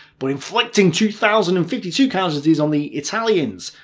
but inflicting two thousand and fifty two casualties on the italians.